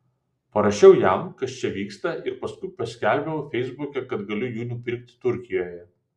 parašiau jam kas čia vyksta ir paskui paskelbiau feisbuke kad galiu jų nupirkti turkijoje